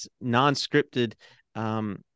non-scripted